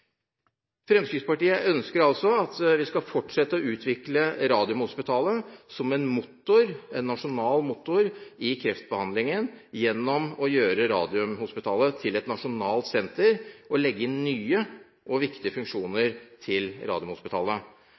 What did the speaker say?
Fremskrittspartiet ønsker altså at vi skal fortsette å utvikle Radiumhospitalet som en nasjonal motor i kreftbehandlingen gjennom å gjøre Radiumhospitalet til et nasjonalt senter og legge nye og viktige funksjoner til Radiumhospitalet.